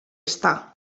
está